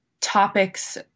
topics